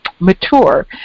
Mature